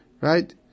right